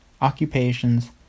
occupations